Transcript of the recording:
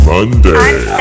Monday